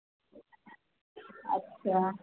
अच्छा